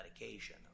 medication